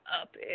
up